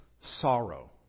sorrow